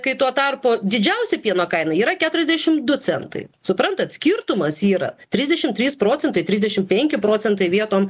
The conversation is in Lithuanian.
kai tuo tarpu didžiausia pieno kaina yra keturiasdešim du centai suprantat skirtumas yra trisdešim trys procentai trisdešim penki procentai vietom